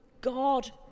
God